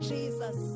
Jesus